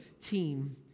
Team